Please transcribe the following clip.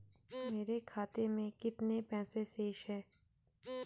मेरे खाते में कितने पैसे शेष हैं?